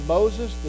Moses